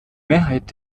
mehrheit